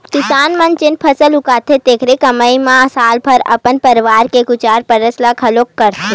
किसान मन जेन फसल लगाथे तेखरे कमई म साल भर अपन परवार के गुजर बसर ल घलोक करथे